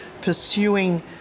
pursuing